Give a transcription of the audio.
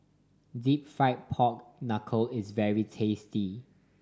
Deep Fried Pork Knuckle is very tasty